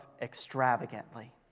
Extravagantly